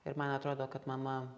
ir man atrodo kad mama